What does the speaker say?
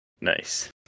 Nice